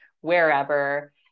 wherever